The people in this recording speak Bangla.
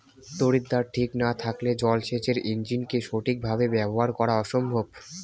তড়িৎদ্বার ঠিক না থাকলে জল সেচের ইণ্জিনকে সঠিক ভাবে ব্যবহার করা অসম্ভব